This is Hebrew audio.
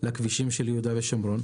לכבישים של יהודה ושומרון.